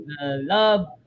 love